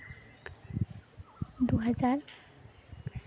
ᱫᱩ ᱦᱟᱡᱟᱨ